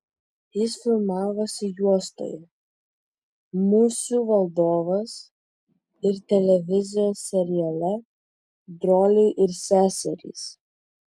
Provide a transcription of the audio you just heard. jis filmavosi juostoje musių valdovas ir televizijos seriale broliai ir seserys